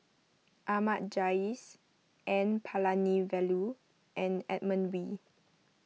Ahmad Jais N Palanivelu and Edmund Wee